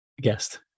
guest